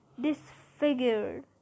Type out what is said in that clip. disfigured